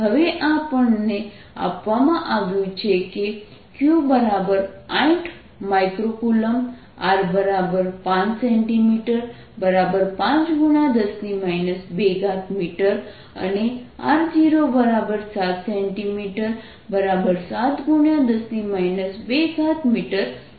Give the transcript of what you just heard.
હવે આપણને આપવામાં આવ્યું છે કે q8µC R5 cm5×10 2m અને r07 cm7×10 2m છે